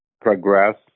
progress